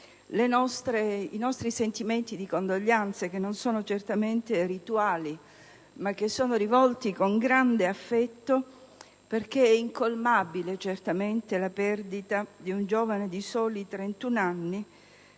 i nostri sentimenti di condoglianze che non sono certamente rituali, ma sono rivolti con grande affetto perché è certamente incolmabile la perdita di un giovane di soli 31 anni,